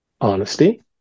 honesty